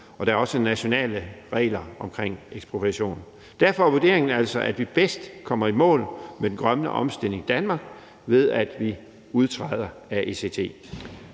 og der er også nationale regler omkring ekspropriation. Derfor er vurderingen altså, at vi bedst kommer i mål med den grønne omstilling i Danmark, ved at vi udtræder af ECT.